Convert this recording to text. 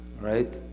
right